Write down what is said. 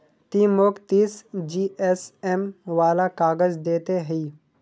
ती मौक तीस जीएसएम वाला काग़ज़ दे ते हैय्